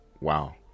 Wow